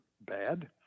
bad